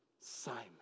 Simon